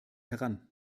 heran